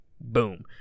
boom